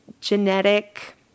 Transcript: genetic